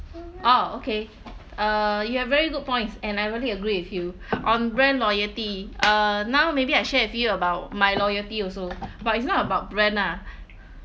ah okay uh you have very good points and I really agree with you on brand loyalty uh now maybe I share with you about my loyalty also but it's not about brand ah